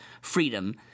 freedom